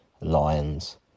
Lions